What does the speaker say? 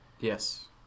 Yes